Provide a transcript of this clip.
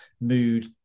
mood